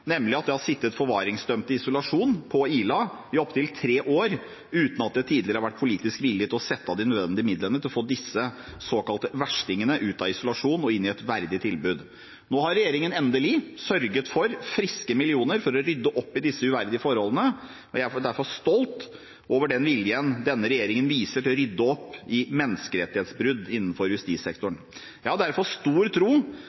nemlig at det har sittet forvaringsdømte i isolasjon på Ila i opptil tre år uten at det tidligere har vært politisk vilje til å sette av de nødvendige midlene til å få disse såkalte verstingene ut av isolasjon og inn i et verdig tilbud. Nå har regjeringen endelig sørget for friske millioner for å rydde opp i disse uverdige forholdene, og jeg er derfor stolt over den viljen denne regjeringen viser til å rydde opp i menneskerettighetsbrudd innenfor justissektoren. Jeg har derfor stor tro